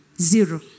Zero